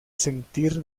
sentir